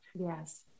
yes